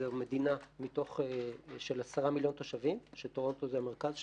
זו מדינה של 10 מיליון, שטורונטו זה המרכז שלה,